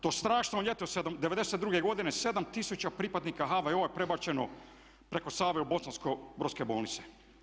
To strašno ljeto '92. godine 7000 pripadnika HVO-a je prebačeno preko Save u Bosansko-brodske bolnice.